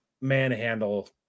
manhandle